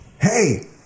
Hey